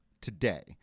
today